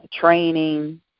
training